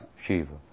Shiva